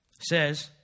says